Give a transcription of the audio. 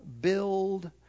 build